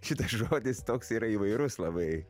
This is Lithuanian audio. šitas žodis toks yra įvairus labai